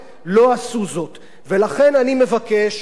ולכן אני מבקש לתקן את העניין.